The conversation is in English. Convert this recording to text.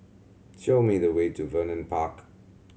show me the way to Vernon Park